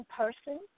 person